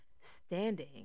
standing